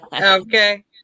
Okay